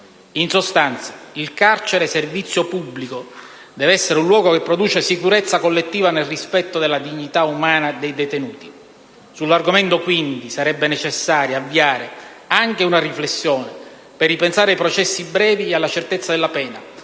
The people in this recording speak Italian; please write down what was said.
In sostanza, il carcere-servizio pubblico deve essere un luogo che produce sicurezza collettiva nel rispetto della dignità umana dei detenuti. Sull'argomento, quindi, sarebbe necessario avviare una riflessione per ripensare ai processi brevi e alla certezza della pena,